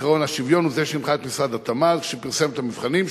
עקרון השוויון הוא זה שהנחה את משרד התמ"ת כשפרסם את המבחנים,